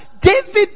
David